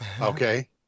Okay